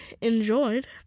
enjoyed